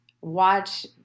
Watch